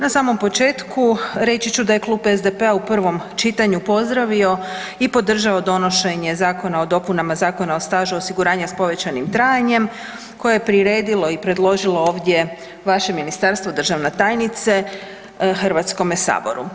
Na samom početku, reći ću da je Klub SDP-a u prvom čitanju pozdravio i podržao donošenje Zakona o dopunama Zakona o stažu osiguranja s povećanim trajanjem koje je priredilo i predložilo ovdje vaše ministarstvo, državna tajnice, HS-u.